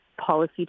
policy